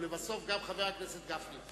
ולבסוף גם חבר הכנסת גפני.